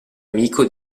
amico